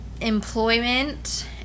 employment